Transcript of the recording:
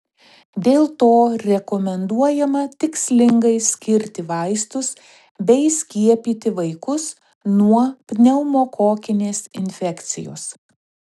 dėl to rekomenduojama tikslingai skirti vaistus bei skiepyti vaikus nuo pneumokokinės infekcijos